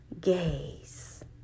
gaze